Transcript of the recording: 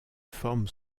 forme